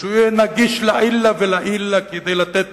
שהוא יהיה נגיש לעילא ולעילא, כדי לתת